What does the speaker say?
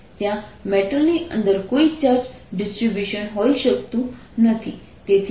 ત્યાં મેટલ ની અંદર કોઈ ચાર્જ ડિસ્ટ્રિબ્યુશન હોઈ શકતું નથી